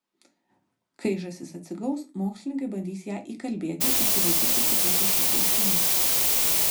kai žąsis atsigaus mokslininkai bandys ją įkalbėti įsivaikinti kitų žąsų kiaušinius